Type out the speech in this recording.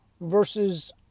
versus